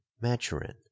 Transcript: Maturin